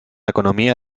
economía